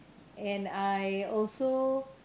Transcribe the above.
and I also